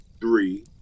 three